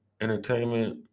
entertainment